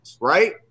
right